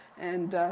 and,